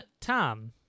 Tom